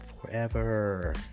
Forever